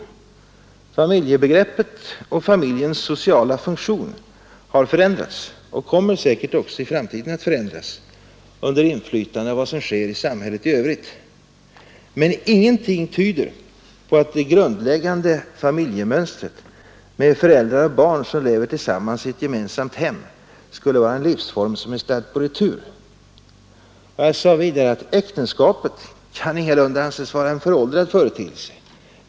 Familjebegreppet och familjens sociala funktion har förändrats och som sker i samhället i övrigt. Men ingenting tyder på att det grundläggande familjemönstret med föräldrar och barn som lever tillsammans i ett gemensamt hem skulle vara en livsform som är stadd på retur.” Jag sade vidare: ”Äktenskapet kan ingalunda anses vara en föråldrad företeelse.